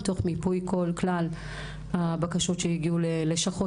תוך מיפוי כלל הבקשות שהגיעו ללשכות